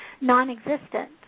non-existent